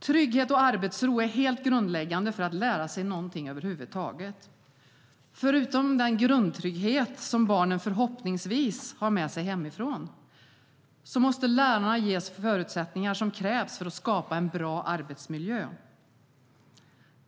Trygghet och arbetsro är helt grundläggande för att man ska lära sig någonting över huvud taget. Förutom att barnen förhoppningsvis har en grundtrygghet med sig hemifrån måste lärarna ges de förutsättningar som krävs för att skapa en bra arbetsmiljö.